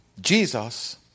Jesus